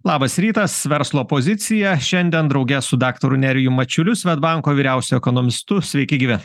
labas rytas verslo pozicija šiandien drauge su daktaru nerijum mačiuliu svedbanko vyriausiu ekonomistu sveiki gyvi